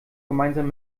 gemeinsam